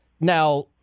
Now